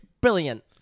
Brilliant